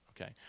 okay